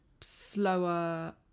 slower